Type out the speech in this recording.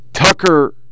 Tucker